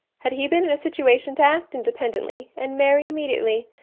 had he been in a situation to act independently and marry immediately,